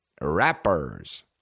rappers